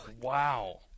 Wow